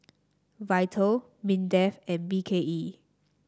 Vital Mindefand B K E